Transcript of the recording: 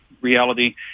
reality